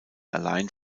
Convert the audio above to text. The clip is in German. allein